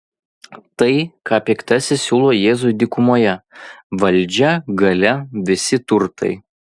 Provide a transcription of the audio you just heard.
tai ką piktasis siūlo jėzui dykumoje valdžia galia visi turtai